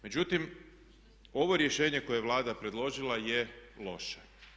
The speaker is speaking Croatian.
Međutim, ovo rješenje koje je Vlada predložila je loše.